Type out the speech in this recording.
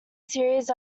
series